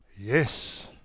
Yes